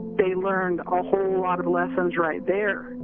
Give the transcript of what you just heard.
they learned a whole lot of lessons right there.